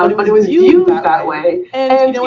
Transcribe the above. and but it was used that that way and